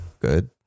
good